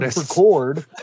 record